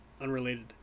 unrelated